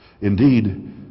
Indeed